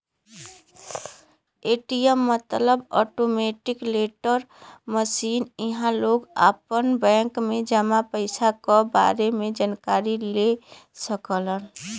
ATM मतलब automatic teller machine इहां लोग आपन बैंक में जमा पइसा क बारे में जानकारी ले सकलन